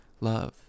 love